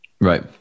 Right